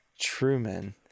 Truman